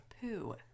poo